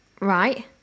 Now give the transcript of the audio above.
right